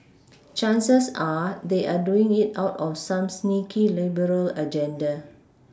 chances are they are doing it out of some sneaky liberal agenda